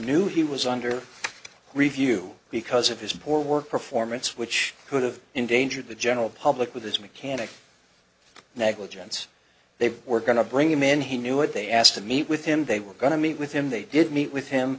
knew he was under review because of his poor work performance which could have endangered the general public with his mechanic negligence they were going to bring him in he knew it they asked to meet with him they were going to meet with him they did meet with him